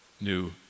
new